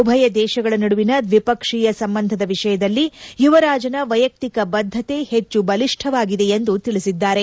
ಉಭಯ ದೇಶಗಳ ನಡುವಿನ ದ್ವಿಪಕ್ಷೀಯ ಸಂಬಂಧದ ವಿಷಯದಲ್ಲಿ ಯುವರಾಜನ ವೈಯಕ್ತಿಕ ಬದ್ಧತೆ ಹೆಚ್ಚು ಬಲಿಷ್ಠವಾಗಿದೆ ಎಂದು ತಿಳಿಸಿದ್ದಾರೆ